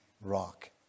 rock